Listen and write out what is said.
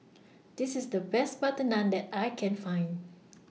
This IS The Best Butter Naan that I Can Find